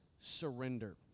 surrender